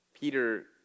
Peter